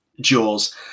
Jaws